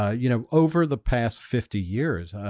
ah you know over the past fifty years, ah,